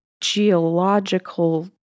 geological